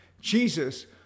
Jesus